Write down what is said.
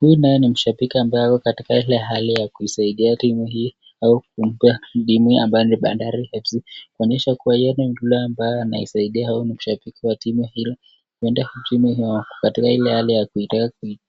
Huyu naye ni mshapiki ambaye ako katika ile hali ya kuisaidia timu hii, au kumpa timu hii ambayo ni Bandari FC, kuonyesha kuwa, ye ni mtu ule ambae anaisaidia au ni mshabiki wa timu hio, huenda mtu mwenye ako katika ile hali ya